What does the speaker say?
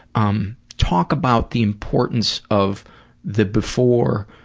um, talk about the importance of the before,